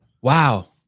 Wow